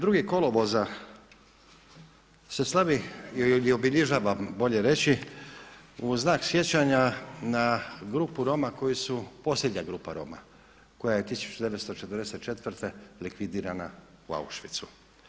Drugi kolovoza se slavi ili obilježava bolje reći u znak sjećanja na grupu Roma koji su posljednja grupa Roma, koja je 1944. likvidirana u Auschwitzu.